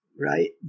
right